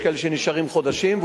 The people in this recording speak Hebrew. יש כאלה שנשארים חודשים,